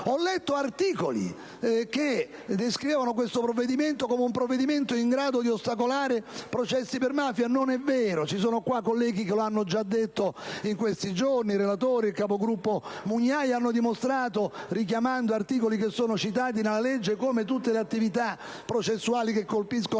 Ho letto articoli che descrivevano questo provvedimento come in grado di ostacolare processi per mafia. Non è vero. Ci sono colleghi che l'hanno detto in questi giorni. Il relatore e il capogruppo Mugnai hanno dimostrato, richiamando articoli citati nel disegno di legge, come tutte le attività processuali che colpiscono